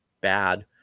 bad